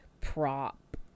prop